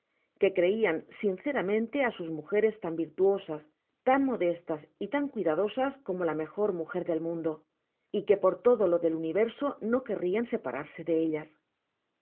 que creian sinceramente á sus mujeres tan virtuosas tan modestas y tan cuidadosas como la mejor mujer del mundo y que por todo lo del universo no querrian separarse de ellas